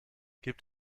gibt